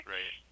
Right